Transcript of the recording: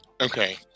Okay